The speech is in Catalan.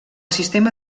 sistema